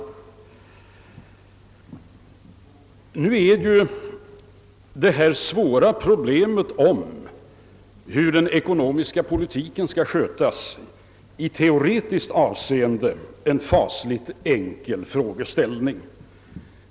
Det svåra problemet om hur den ekonomiska politiken skall skötas är väl i teoretiskt avseende en fasligt enkel frågeställning.